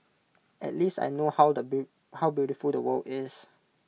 at least I know how beautiful the world is